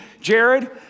Jared